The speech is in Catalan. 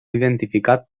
identificat